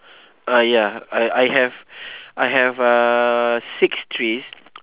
uh ya I I have I have uh six trees